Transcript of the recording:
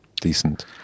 decent